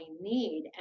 need